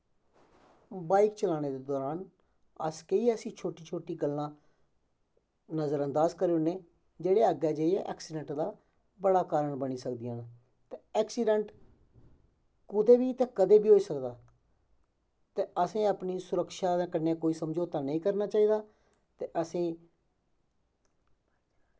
bike चलाने दे दरान अस केईं ऐसी छोटी छोटी गल्लां नज़रअंदाज करी ओड़ने जेह्ड़े अग्गें जाइयै ऐक्सिडैंट दा बड़ा कारण बनी सकदियां न ते ऐक्सिडैंट कुतै बी ते कदें बी होई सकदा ते असें अपनी सुरक्षा दे कन्नै कोई समझोता नेईं करना चाहिदा ते असेंगी